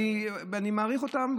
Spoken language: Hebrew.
ואני מעריך אותן,